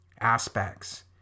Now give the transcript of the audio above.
aspects